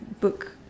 book